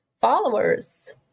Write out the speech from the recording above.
followers